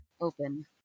open